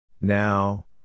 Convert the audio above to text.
Now